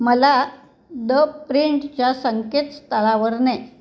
मला द प्रिंटच्या संकेतस्थळावर ने